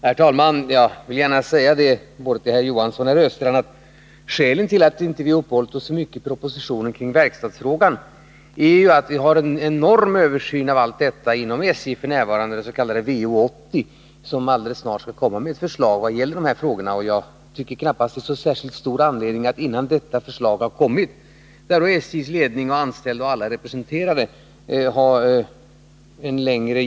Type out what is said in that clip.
Herr talman! Jag vill gärna säga till både Rune Johansson och Olle Östrand att skälen till att vi i propositionen inte uppehållit oss så mycket kring verkstadsfrågan är att det f. n. pågår en översyn av allt detta inom SJ, den s.k. VO 80, som snart skall komma med förslag. Därför tycker jag inte att det finns någon särskild anledning att göra en stor genomgång innan förslaget kommit från denna utredning, där alla SJ:s anställda och SJ:s ledning är representerade.